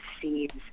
seeds